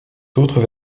d’autres